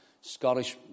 Scottish